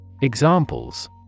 Examples